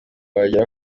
wagera